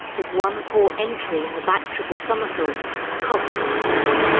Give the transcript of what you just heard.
his one poor entry in the back triple somersault cost him a medal.